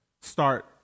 Start